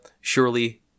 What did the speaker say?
surely